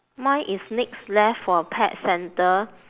mine is next left for pet centre